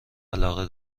علاقه